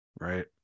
right